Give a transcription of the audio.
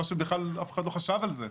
מה שבכלל אף אחד לא חשב על זה.